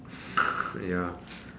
ya